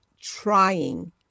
trying